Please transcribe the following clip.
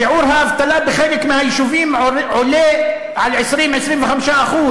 שיעור האבטלה בחלק מהיישובים עולה על 25%-20%.